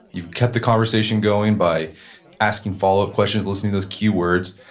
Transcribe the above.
you've kept the conversation going by asking follow-up questions, listening those keywords,